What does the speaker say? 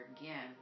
again